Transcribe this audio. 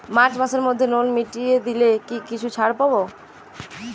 March মাসের মধ্যে loan মিটিয়ে দিলে কি কিছু ছাড় পাব?